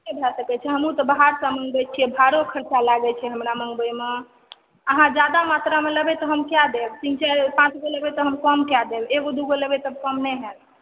से नै भै सकै छै हमहुँ तऽ बाहरसॅं मंगबै छियै भाड़ो खरचा लागै छै हमरा मॅंगबैमे अहाँ जादा मात्रामे लेबै तऽ हम कए देब तीन चारि पाँच गो तऽ हम कम कए देब एगो दूगो लेबै तऽ कम नहि हैत